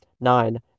nine